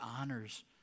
honors